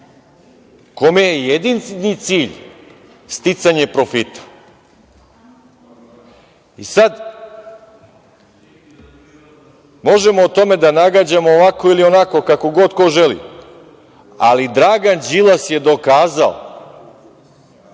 kome je jedini cilj sticanje profita. Možemo o tome da nagađamo ovako ili onako, kako ko želi, ali Dragan Đilas je dokazao